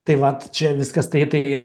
tai vat čia viskas taip tai